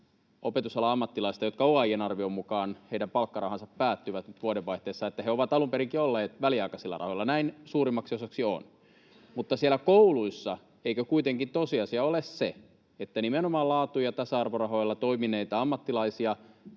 opetusalan ammattilaista, joiden palkkarahat OAJ:n arvion mukaan päättyvät nyt vuodenvaihteessa, ovat alun perinkin olleet väliaikaisilla rahoilla. Näin suurimmaksi osaksi on. Mutta eikö kuitenkin tosiasia ole se, että siellä kouluissa nimenomaan laatu- ja tasa-arvorahoilla toimineilta ammattilaisilta,